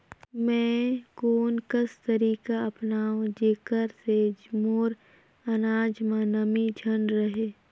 मैं कोन कस तरीका अपनाओं जेकर से मोर अनाज म नमी झन रहे?